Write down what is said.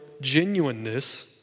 genuineness